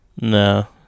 No